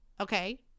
Okay